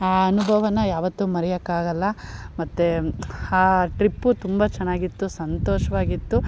ಆ ಅನುಭವನ ಯಾವತ್ತೂ ಮರೆಯೋಕ್ಕಾಗಲ್ಲ ಮತ್ತೆ ಆ ಟ್ರಿಪ್ಪು ತುಂಬ ಚೆನ್ನಾಗಿತ್ತು ಸಂತೋಷವಾಗಿತ್ತು